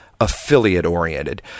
affiliate-oriented